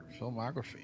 Filmography